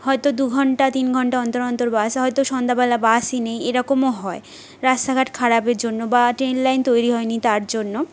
হয়তো দু ঘন্টা তিন ঘন্টা অন্তর অন্তর বাস হয়তো সন্ধ্যাবেলা বাসই নেই এরকমও হয় রাস্তাঘাট খারাপের জন্য বা ট্রেন লাইন তৈরি হয় নি তার জন্য